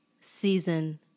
Season